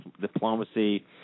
diplomacy